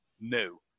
no